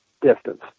distance